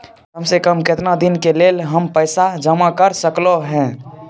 काम से कम केतना दिन के लेल हम पैसा जमा कर सकलौं हैं?